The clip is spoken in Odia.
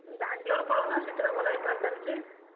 ବାଙ୍ଗାଲୋର ପଳଉନ ସେଠି ତ ଭଲ ବେପାର ଚାଲିଛି